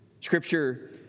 Scripture